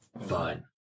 Fine